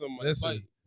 Listen